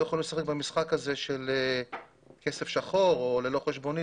יכולים לשחק במשחק הזה של כסף שחור או ללא חשבונית.